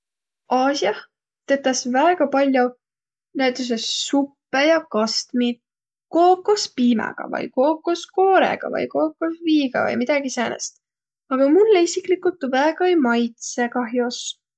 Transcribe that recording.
Aasiah tetäs väega pall'o näütüses suppõ ja kastmit kookospiimäga vai kookorkoorõga vai kookosviiga vai midägi säänest, aga mullõ isikligult tuu väega ei maitsõq kah'os.